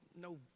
no